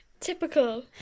typical